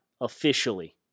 officially